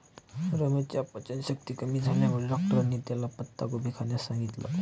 रमेशच्या पचनशक्ती कमी झाल्यामुळे डॉक्टरांनी त्याला पत्ताकोबी खाण्यास सांगितलं